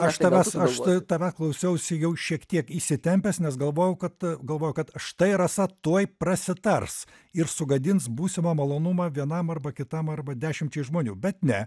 aš tavęs aš tavęs klausiausi jau šiek tiek įsitempęs nes galvojau kad galvojau kad štai rasa tuoj prasitars ir sugadins būsimą malonumą vienam arba kitam arba dešimčiai žmonių bet ne